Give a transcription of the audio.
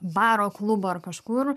baro klubo ar kažkur